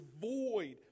void